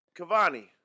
cavani